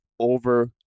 over